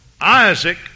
Isaac